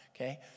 Okay